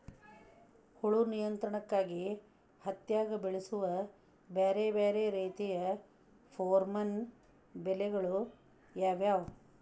ಹುಳು ನಿಯಂತ್ರಣಕ್ಕಾಗಿ ಹತ್ತ್ಯಾಗ್ ಬಳಸುವ ಬ್ಯಾರೆ ಬ್ಯಾರೆ ರೇತಿಯ ಪೋರ್ಮನ್ ಬಲೆಗಳು ಯಾವ್ಯಾವ್?